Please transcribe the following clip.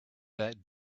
that